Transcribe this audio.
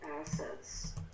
assets